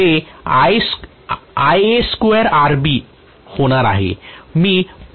ते होणार आहे